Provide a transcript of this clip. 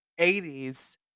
80s